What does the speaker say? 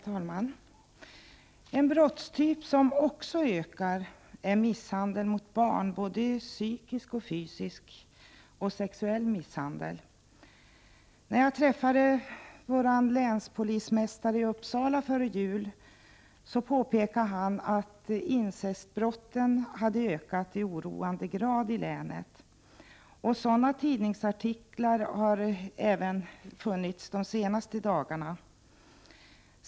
Herr talman! En annan typ av brott som ökar är misshandel mot barn, både fysisk, psykisk och sexuell misshandel. När jag träffade länspolismästaren i Uppsala före jul påpekade han att antalet incestbrott i länet hade ökat i oroande grad. Tidningsartiklar om detta har också förekommit under de senaste dagarna.